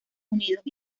unidos